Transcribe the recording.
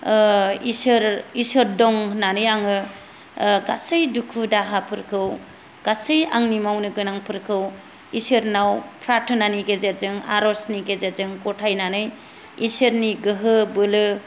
इसोर इसोर दं होननानै आङो गासै दुखु दाहाफोरखौ गासै आंनि मावनो गोनांफोरखौ इसोरनाव पार्थनानि गेजेरजों आर'जनि गेजेरजों गथायनानै इसोरनि गोहो बोलो